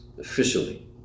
officially